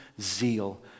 zeal